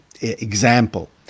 example